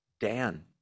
Dan